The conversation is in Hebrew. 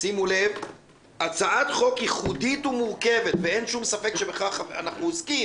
שימו לב: "הצעת חוק ייחודית ומורכבת" ואין שום ספק שבכך אנחנו עוסקים.